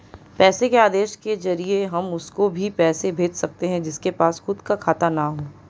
पैसे के आदेश के जरिए हम उसको भी पैसे भेज सकते है जिसके पास खुद का खाता ना हो